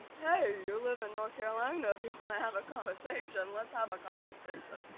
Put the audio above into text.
hey you live in north carolina, if you wanna have a conversation, let's have a conversation.